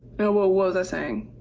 what was i saying?